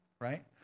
Right